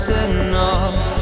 enough